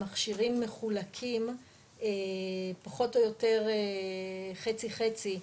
המכשירים מחולקים פחות או יותר חצי חצי,